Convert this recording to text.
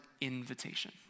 Invitation